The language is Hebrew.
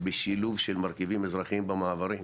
בשילוב של מרכיבים אזרחיים במעברים.